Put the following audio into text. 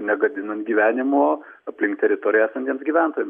negadinant gyvenimo aplink teritoriją esamiem gyventojam